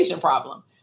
problem